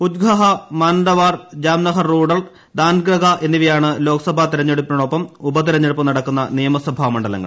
ഉഞ്ജഹ മാനവാഡർ Jamnagar rural ദ്രാൻഗാധ്ര എന്നിവയാണ് ലോക്സഭാ തിരഞ്ഞെടുപ്പിനൊപ്പം ഉപ തിരഞ്ഞെടുപ്പ് നടക്കുന്ന നിയമസഭാ മണ്ഡലങ്ങൾ